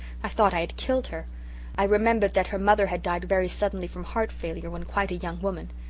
i thought i had killed her i remembered that her mother had died very suddenly from heart failure when quite a young woman.